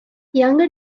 younger